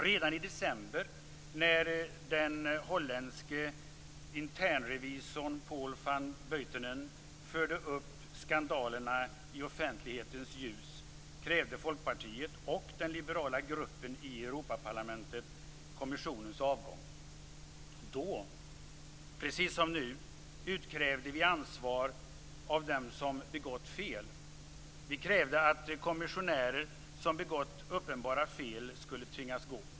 Redan i december när den holländske internrevisorn Paul van Buitenen förde upp skandalerna i offentlighetens ljus krävde Folkpartiet och den liberala gruppen i Europaparlamentet kommissionens avgång. Då, precis som nu, utkrävde vi ansvar av dem som begått fel. Vi krävde att kommissionärer som begått uppenbara fel skulle tvingas gå.